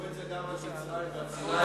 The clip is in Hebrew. אמרו את זה גם על מצרים ועל סיני,